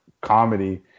comedy